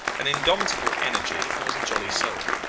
an indomitable energy, and was a jolly soul.